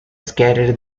scatter